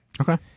Okay